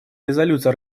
резолюции